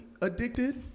addicted